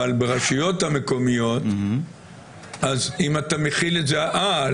אבל ברשויות המקומיות אם אתה מחיל את זה אה,